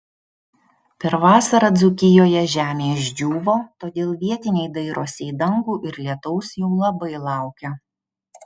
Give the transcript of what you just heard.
per vasarą dzūkijoje žemė išdžiūvo todėl vietiniai dairosi į dangų ir lietaus jau labai laukia